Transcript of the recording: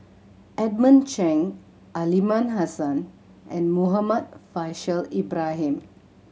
Edmund Chen Aliman Hassan and Muhammad Faishal Ibrahim